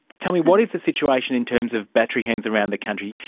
tell me, what is the situation in terms of battery hens around the country?